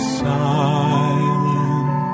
silent